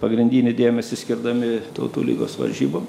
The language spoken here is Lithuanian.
pagrindinį dėmesį skirdami tautų lygos varžybų